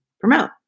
promote